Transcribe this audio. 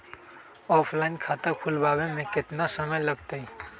Offline खाता खुलबाबे में केतना समय लगतई?